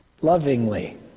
Lovingly